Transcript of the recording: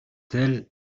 тел